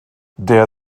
der